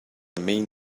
mean